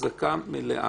חזקה מלאה.